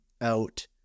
out